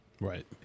Right